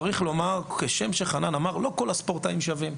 צריך לומר, כשם שאמר חנן, לא כל הספורטאים שווים.